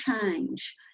change